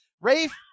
Rafe